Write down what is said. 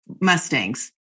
Mustangs